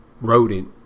rodent